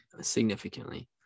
Significantly